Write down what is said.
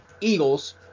Eagles